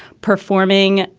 performing,